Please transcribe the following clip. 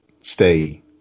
stay